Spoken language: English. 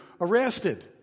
arrested